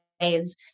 ways